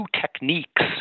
techniques